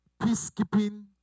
peacekeeping